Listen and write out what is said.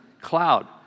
cloud